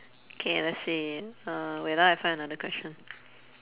okay let's see uh wait ah I find another question